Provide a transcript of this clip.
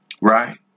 right